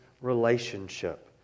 relationship